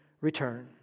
return